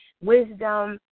wisdom